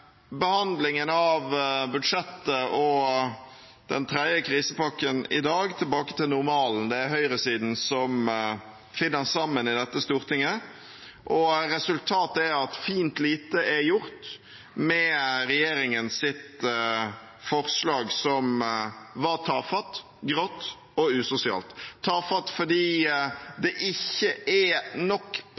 behandlingen av budsjettet og den tredje krisepakken i dag tilbake til normalen. Det er høyresiden som finner sammen i dette stortinget, og resultatet er at fint lite er gjort med regjeringens forslag som var tafatt, grått og usosialt: tafatt fordi det ikke er nok